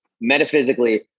metaphysically